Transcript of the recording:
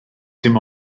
dim